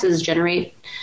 generate